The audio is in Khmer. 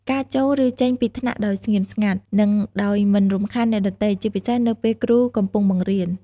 ការចូល ឬចេញពីថ្នាក់ដោយស្ងៀមស្ងាត់ និងដោយមិនរំខានអ្នកដទៃ ជាពិសេសនៅពេលគ្រូកំពុងបង្រៀន។